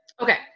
Okay